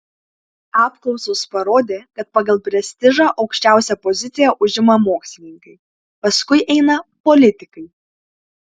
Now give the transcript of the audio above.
apklausos parodė kad pagal prestižą aukščiausią poziciją užima mokslininkai paskui eina politikai